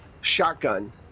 shotgun